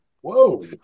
whoa